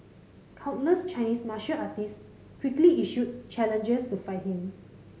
countless Chinese martial artists quickly issued challenges to fight him